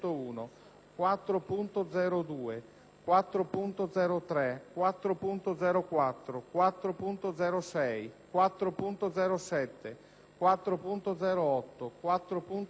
4.0.3, 4.0.4, 4.0.6, 4.0.7, 4.0.8, 4.0.9, 4.0.10,